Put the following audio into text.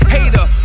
Hater